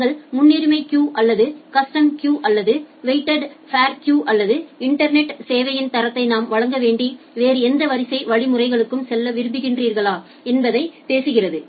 நீங்கள் முன்னுரிமை கியூங் அல்லது கஸ்டம் கியூங் அல்லது வெயிட்டெட் ஃபோ் கியூங் அல்லது இன்டர்நெட் சேவையின் தரத்தை நாம் வழங்க வேண்டி வேறு எந்த வரிசை வழிமுறைகளுக்கும் செல்ல விரும்புகிறீர்களா என்பதைப் பற்றி பேசுகிறது